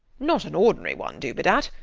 not an ordinary one, dubedat.